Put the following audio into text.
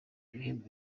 ibihembo